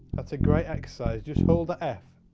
that's a great exercise. just hold the f.